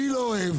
אני לא אוהב.